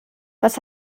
was